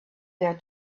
their